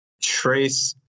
Trace